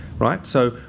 right. so,